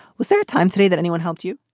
was there a time, three, that anyone helped you?